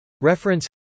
Reference